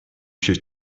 się